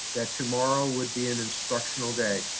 that tomorrow would be an instructional day.